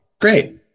great